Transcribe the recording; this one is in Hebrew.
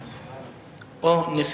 זבולון אורלב,